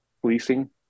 policing